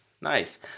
Nice